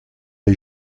les